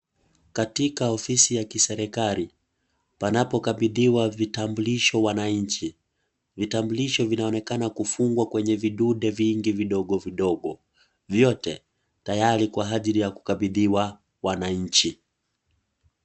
Katika ofisi ya kiserekali panapokabithiwa vitabulisho wananchi. Vitabulisho vinaonekana kufungwa kwenye vidunde vingi vidogo vidogo. Vyote tayari kwa ajili ya kukabithiwa wananchi.